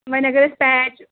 وۄنۍ اگر أسۍ پیچ